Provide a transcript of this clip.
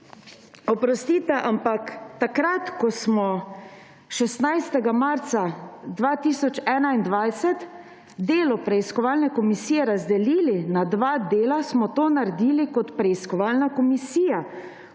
Oprostite, ampak takrat, ko smo 16. marca 2021 delo preiskovalne komisije razdelili na dva dela, smo to naredili kot preiskovalna komisija,